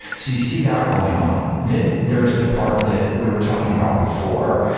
see see that going on. then there's the part that we were talking about before,